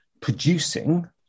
producing